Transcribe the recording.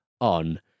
on